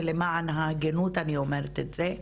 ולמען ההגינות אני אומרת את זה,